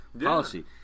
policy